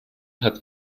hat